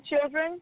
children